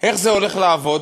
איך זה הולך לעבוד?